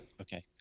Okay